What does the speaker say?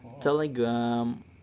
Telegram